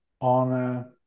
on